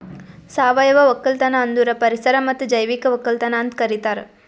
ಸಾವಯವ ಒಕ್ಕಲತನ ಅಂದುರ್ ಪರಿಸರ ಮತ್ತ್ ಜೈವಿಕ ಒಕ್ಕಲತನ ಅಂತ್ ಕರಿತಾರ್